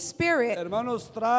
Spirit